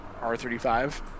R35